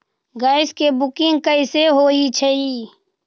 Gas के booking कैसे होईछई?